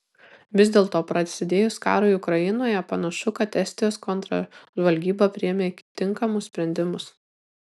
vis dėlto prasidėjus karui ukrainoje panašu kad estijos kontržvalgyba priėmė tinkamus sprendimus